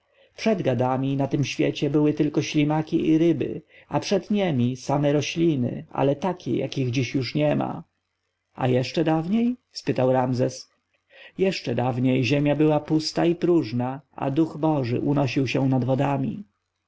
przed gadami na tym świecie były tylko ślimaki i ryby a przed niemi same rośliny ale takie jakich dziś już niema a jeszcze dawniej spytał ramzes jeszcze dawniej ziemia była pusta i próżna a duch boży unosił się nad wodami